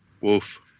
Wolf